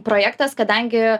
projektas kadangi